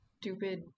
Stupid